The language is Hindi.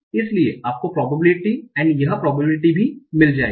इसलिए आपको प्रॉबबिलिटि और यह प्रॉबबिलिटि भी मिल जाएगी